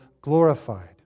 glorified